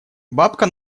бабка